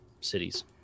cities